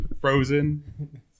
Frozen